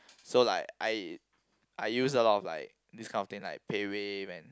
so like I I use a lot of like this kind of thing like PayWave and